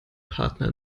partner